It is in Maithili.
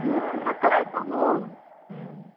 मुँग मरचाइ गहुम हूँ